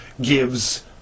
gives